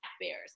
bears